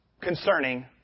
concerning